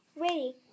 Ready